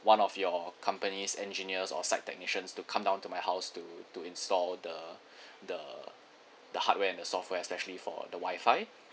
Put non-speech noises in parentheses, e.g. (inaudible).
one of your company's engineers or side technicians to come down to my house to to install the (breath) the the hardware and the software especially for the WI-FI